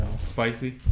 Spicy